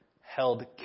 held